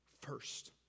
first